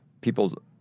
people